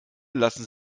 lassen